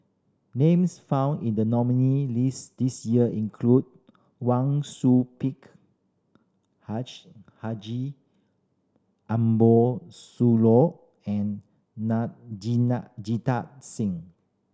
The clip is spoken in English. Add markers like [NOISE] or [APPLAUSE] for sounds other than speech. names found in the nominee list this year include Wang Sui Pick [UNINTELLIGIBLE] Haji Ambo Sooloh and [UNINTELLIGIBLE] Jita Singh